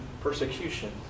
persecution